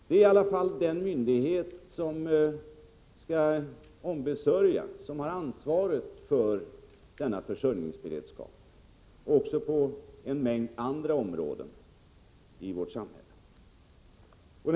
Det är i alla fall den myndighet som har ansvaret för oljan liksom försörjningsberedskapen också på en mängd andra områden i vårt samhälle.